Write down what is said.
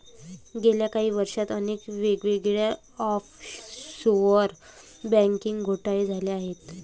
गेल्या काही वर्षांत अनेक वेगवेगळे ऑफशोअर बँकिंग घोटाळे झाले आहेत